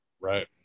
Right